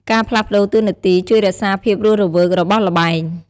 ការផ្លាស់ប្តូរតួនាទីជួយរក្សាភាពរស់រវើករបស់ល្បែង។